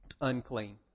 unclean